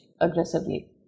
aggressively